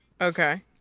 Okay